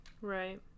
Right